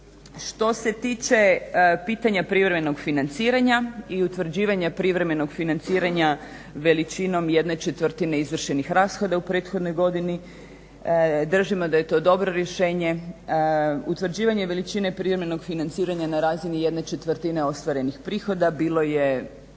Što se tiče pitanja privremenog financiranja i utvrđivanje privremenog financiranja veličinom jedne četvrtine izvršenih rashoda u prethodnoj godini držimo da je to dobro rješenje. Utvrđivanje veličine privremenog financiranja na razini jedne četvrtine ostvarenih prihoda bilo je